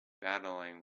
battling